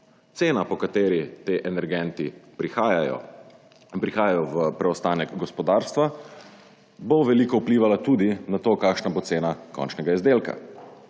Cena po kateri ti energenti prihajajo in prihajajo v preostanek gospodarstva bo veliko vplivala tudi na to kakšna bo cena končnega izdelka.